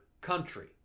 country